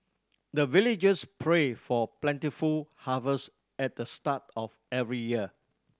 the villagers pray for plentiful harvest at the start of every year